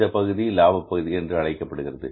இந்தப் பகுதி லாப பகுதி என்று அழைக்கப்படுகிறது